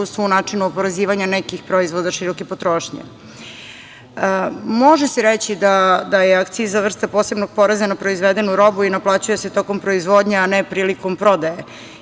u načinu oporezivanja nekih proizvoda široke potrošnje. Može se reći da je akciza vrsta posebnog poreza na proizvedenu robu i naplaćuje se tokom proizvodnje, a ne prilikom prodaje.